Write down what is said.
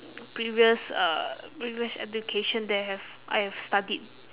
previous uh previous education that have I have studied